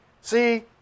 See